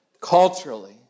culturally